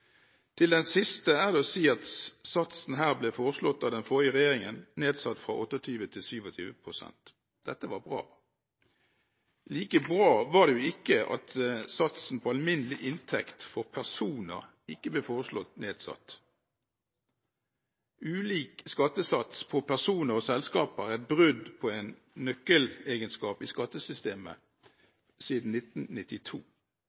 Til den siste er det å si at satsen her ble foreslått nedsatt fra 28 pst. til 27 pst. av den forrige regjeringen. Dette var bra. Like bra var det ikke at satsen på alminnelig inntekt for personer ikke ble foreslått nedsatt. Ulik skattesats for personer og selskaper er et brudd på en nøkkelegenskap i